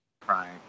crying